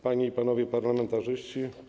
Panie i Panowie Parlamentarzyści!